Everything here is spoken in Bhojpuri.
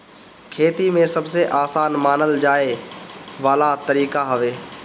खेती में सबसे आसान मानल जाए वाला तरीका हवे